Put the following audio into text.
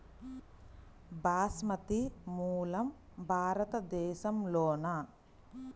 బాస్మతి మూలం భారతదేశంలోనా?